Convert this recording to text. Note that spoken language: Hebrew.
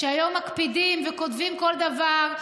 שהיום מקפידים וכותבים כל דבר.